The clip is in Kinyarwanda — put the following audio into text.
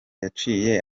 yaciye